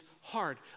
hard